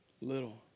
little